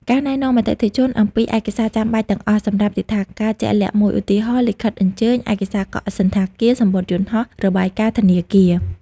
ការណែនាំអតិថិជនអំពីឯកសារចាំបាច់ទាំងអស់សម្រាប់ទិដ្ឋាការជាក់លាក់មួយ ឧទាហរណ៍ លិខិតអញ្ជើញ ឯកសារកក់សណ្ឋាគារ សំបុត្រយន្តហោះ របាយការណ៍ធនាគារ។